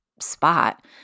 spot